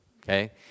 okay